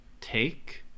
take